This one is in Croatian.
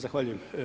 Zahvaljujem.